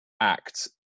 act